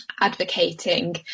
advocating